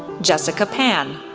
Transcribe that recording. jessica pan,